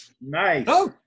Nice